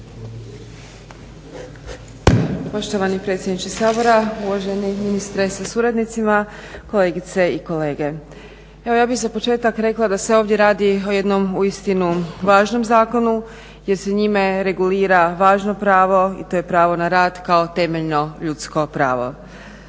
Poštovani predsjedniče Sabora, uvaženi ministre sa suradnicima, kolegice i kolege. Evo ja bih za početak rekla da se ovdje radi o jednom uistinu važnom zakonu jer se njimr regulira važno pravo i to je pravo na rad kao temeljno ljudsko pravo.